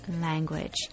Language